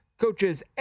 coaches